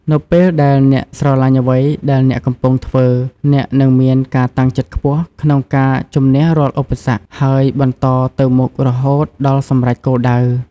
នៅពេលដែលអ្នកស្រឡាញ់អ្វីដែលអ្នកកំពុងធ្វើ អ្នកនឹងមានការតាំងចិត្តខ្ពស់ក្នុងការជំនះរាល់ឧបសគ្គ ហើយបន្តទៅមុខរហូតដល់សម្រេចគោលដៅ។